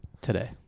Today